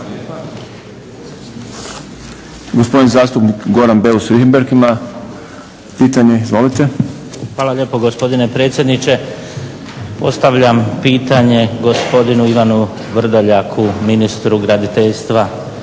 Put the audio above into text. Hvala lijepo gospodine predsjedniče. Postavljam pitanje gospodinu Ivanu Vrdoljaku ministru graditeljstva